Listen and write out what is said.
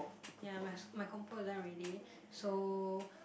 ya my s~ my compo is done already so